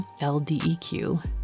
LDEQ